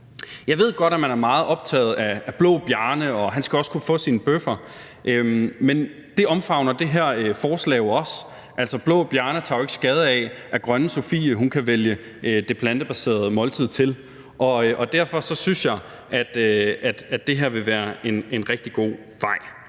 Jeg ved godt, at man er meget optaget af blå Bjarne, og at han også skal kunne få sine bøffer, men det omfavner det her forslag jo også. Blå Bjarne tager jo ikke skade af, at grønne Sofie kan vælge det plantebaserede måltid til. Derfor synes jeg, at det her vil være en rigtig god vej.